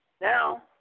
Now